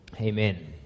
Amen